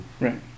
Right